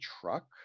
truck